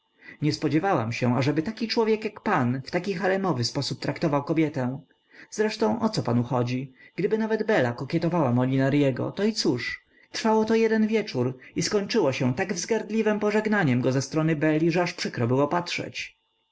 nie spodziewałam się ażeby taki człowiek jak pan w taki haremowy sposób traktował kobietę zresztą o co panu chodzi gdyby nawet bela kokietowała molinarego to i cóż trwało to jeden wieczór i skończyło się tak wzgardliwem pożegnaniem go ze strony beli że aż przykro było patrzeć